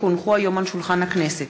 כי הונחו היום על שולחן הכנסת,